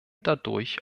dadurch